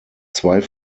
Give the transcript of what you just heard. zwei